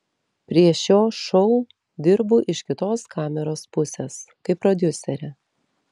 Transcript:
prie šio šou dirbu iš kitos kameros pusės kaip prodiuserė